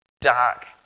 dark